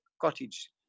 cottage